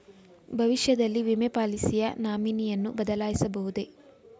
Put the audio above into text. ಭವಿಷ್ಯದಲ್ಲಿ ವಿಮೆ ಪಾಲಿಸಿಯ ನಾಮಿನಿಯನ್ನು ಬದಲಾಯಿಸಬಹುದೇ?